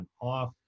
off